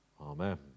Amen